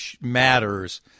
matters